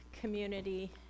community